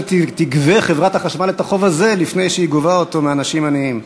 שתגבה חברת החשמל את החוב הזה לפני שהיא גובה אותו מאנשים עניים.